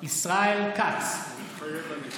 ישראל כץ, מתחייב אני